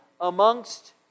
amongst